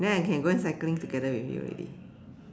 then I can go and cycling together with you already